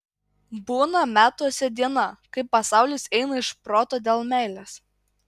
būna metuose diena kai pasaulis eina iš proto dėl meilės